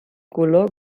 color